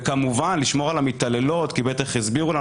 וכמובן לשמור על המתעללות כי בטח יסבירו לנו